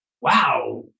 wow